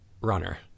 runner